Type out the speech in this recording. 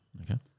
Okay